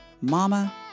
mama